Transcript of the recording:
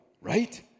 right